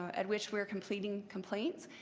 at which we're completing complaints.